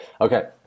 Okay